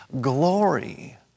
glory